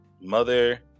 Mother